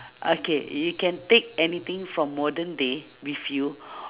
okay you can take anything from modern day with you